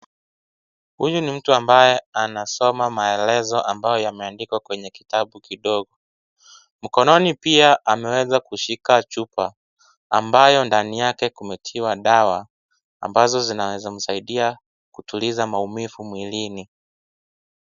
Huyu ni mtu ambaye anasoma maelezo ambayo yameandikwa kwenye kitabu kidogo, mkononi pia ameweza kushika chupa, ambayo ndani yake kumetiwa dawa, ambazo zinaeza kumsaidia, kutuliza maumivu mwilini.